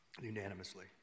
unanimously